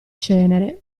cenere